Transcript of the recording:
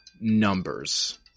Numbers